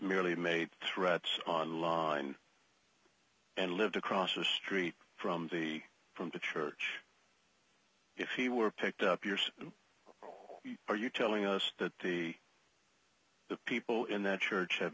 merely made threats online and lived across the street from the from the church if he were picked up yours are you telling us that the people in that church have